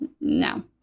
No